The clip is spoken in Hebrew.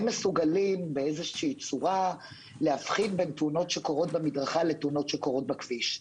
מסוגלים להבחין בין תאונות שקורות במדרכה לתאונות שקורות בכביש.